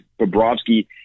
Bobrovsky